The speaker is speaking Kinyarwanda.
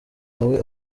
nawe